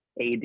AD